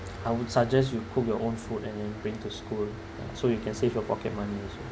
I would suggest you cook your own food and then bring to school so you can save your pocket money also